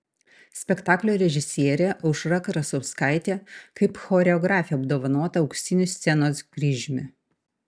spektaklio režisierė aušra krasauskaitė kaip choreografė apdovanota auksiniu scenos kryžiumi